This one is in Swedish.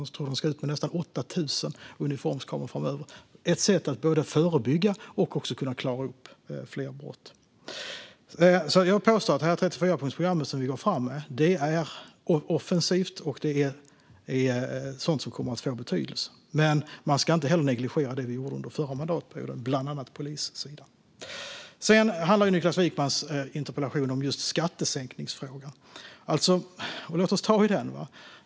Jag tror att de ska ut med nästan 8 000 uniformskameror framöver. Det är ett sätt att både förebygga och klara upp fler brott. Jag påstår att 34-punktsprogrammet som vi går fram med är offensivt. Det är sådant som kommer att få betydelse. Men man ska inte negligera det vi gjorde under förra mandatperioden, bland annat på polissidan. Niklas Wykmans interpellation handlar om skattesänkningsfrågan, så låt oss ta den.